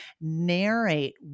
Narrate